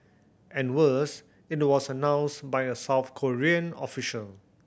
and worse it was announced by a South Korean official